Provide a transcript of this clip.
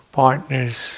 partners